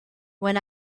when